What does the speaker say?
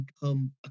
become